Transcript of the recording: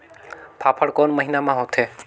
फाफण कोन महीना म होथे?